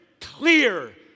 clear